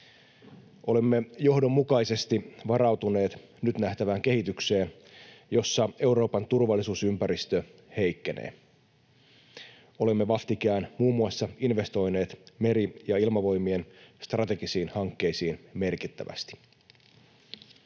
Olemme johdonmukaisesti varautuneet nyt nähtävään kehitykseen, jossa Euroopan turvallisuusympäristö heikkenee. Olemme vastikään muun muassa investoineet Meri- ja Ilmavoimien strategisiin hankkeisiin merkittävästi.